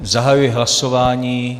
Zahajuji hlasování.